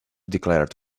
declared